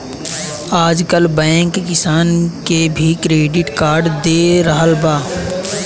आजकल बैंक किसान के भी क्रेडिट कार्ड दे रहल बा